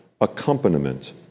accompaniment